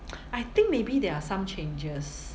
I think maybe there are some changes